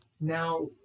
Now